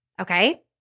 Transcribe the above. okay